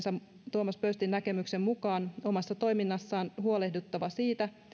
tuomas pöystin näkemyksen mukaan omassa toiminnassaan huolehdittava siitä